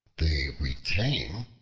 they retain,